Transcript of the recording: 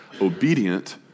obedient